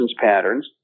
patterns